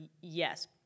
yes